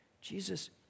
Jesus